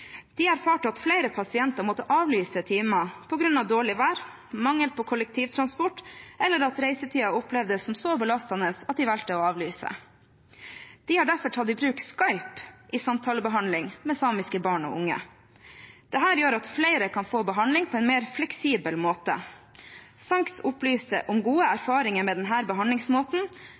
De erfarte at flere pasienter måtte avlyse timer på grunn av dårlig vær, mangel på kollektivtransport, eller at reisetiden opplevdes som så belastende at de valgte å avlyse. De har derfor tatt i bruk Skype i samtalebehandling med samiske barn og unge. Dette gjør at flere kan få behandling på en mer fleksibel måte. SANKS opplyser om gode erfaringer med denne behandlingsmåten,